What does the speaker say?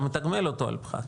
אתה מתגמל אותו על פחת.